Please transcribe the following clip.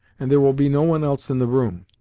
and there will be no one else in the room.